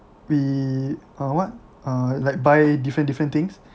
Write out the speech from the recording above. we ah what ah like buy different different things